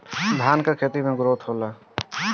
धान का खेती के ग्रोथ होला?